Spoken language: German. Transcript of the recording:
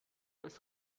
als